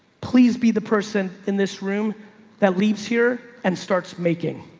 please be the person in this room that leaves here and starts making.